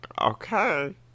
Okay